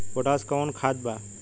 Potash कोउन खाद बा?